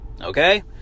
Okay